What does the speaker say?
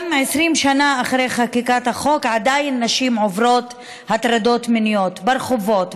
גם 20 שנה אחרי חקיקת החוק עדיין נשים עוברות הטרדות מיניות ברחובות,